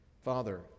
Father